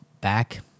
back